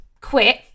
quit